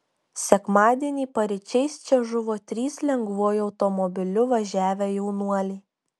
sekmadienį paryčiais čia žuvo trys lengvuoju automobiliu važiavę jaunuoliai